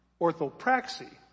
orthopraxy